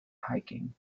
hiking